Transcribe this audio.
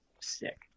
sick